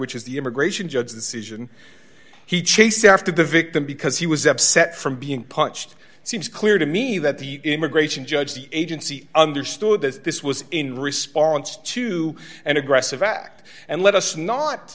which is the immigration judge decision he chased after the victim because he was upset from being punched it seems clear to me that the immigration judge the agency understood that this was in response to an aggressive act and let us not